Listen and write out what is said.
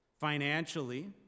financially